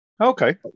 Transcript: Okay